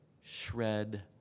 shred